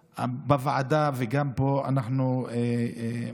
בוועדה וגם פה, אנחנו מצביעים